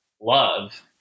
love